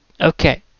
okay